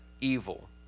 evil